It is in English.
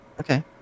Okay